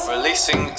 Releasing